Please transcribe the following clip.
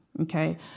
Okay